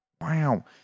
Wow